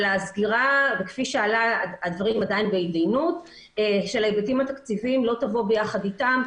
אבל הדברים עדיין בהתדיינות של ההיבטים התקציביים לא תבוא ביחד איתם,